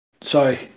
Sorry